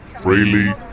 freely